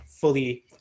fully